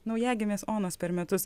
naujagimės onos per metus